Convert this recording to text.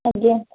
ଆଜ୍ଞା